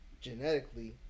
genetically